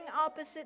opposite